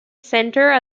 centre